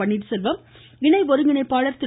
பன்னீர்செல்வம் இணை ஒ ஒருங்கிணைப்பாளர் திரு